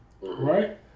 right